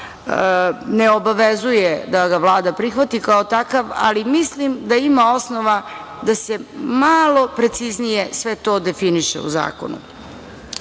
Ne obavezuje da ga Vlada prihvati kao takav, ali mislim da ima osnova da se malo preciznije sve to definiše u zakonu,